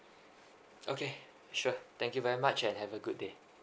okay sure thank you very much and have a good day